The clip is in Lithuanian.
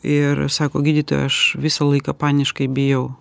ir sako gydytoja aš visą laiką paniškai bijau